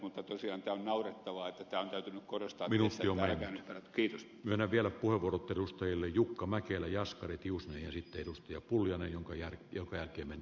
mutta tosiaan tämä on naurettavaa että äiti korostaminen selvä kehitys menee vielä puhunut edustajille jukka mäkelä jaskari juustoja sitten joku lännen huijari joka ikinen